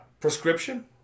Prescription